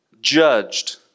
judged